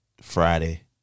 Friday